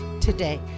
today